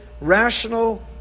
rational